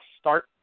start